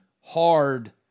hard